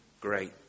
great